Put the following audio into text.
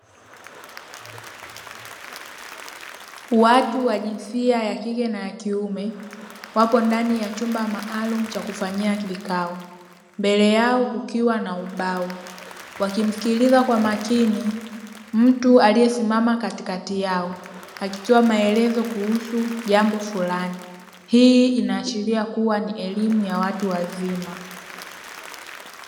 Watu wa jinsia ya kike na yakiume wako ndani ya chumba maalum cha kufanyia kikao, mbele yao kukiwa na ubao, wakimsikiliza kwa makini mtu aliye simama katikati yao akitoa maelezo kuhusu jambo fulani. Hii inaashiria kua ni elimu ya watu wazima.